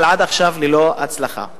אבל עד עכשיו ללא הצלחה,